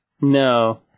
No